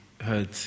heard